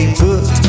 put